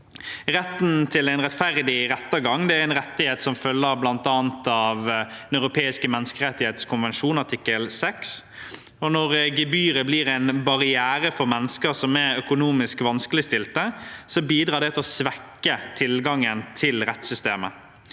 Retten til rettferdig rettergang er en rettighet som følger av bl.a. Den europeiske menneskerettskonvensjon artikkel 6. Når gebyret blir en barriere for mennesker som er økonomisk vanskeligstilt, bidrar det til å svekke tilgangen til rettssystemet.